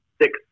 six